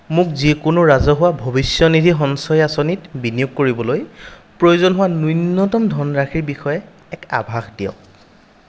মোক যিকোনো ৰাজহুৱা ভৱিষ্যনিধি সঞ্চয় আঁচনিত বিনিয়োগ কৰিবলৈ প্ৰয়োজন হোৱা ন্যূনতম ধনৰাশিৰ বিষয়ে এক আভাস দিয়ক